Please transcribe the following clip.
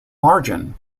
margin